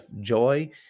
joy